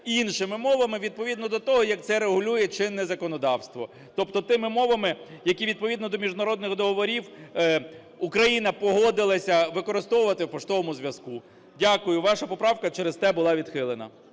іншими мовами, відповідно до того, як це регулює чинне законодавство, тобто тими мовами, які відповідно до міжнародних договорів Україна погодилася використовувати у поштовому зв’язку. Дякую. Ваша поправка через те була відхилена.